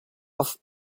auf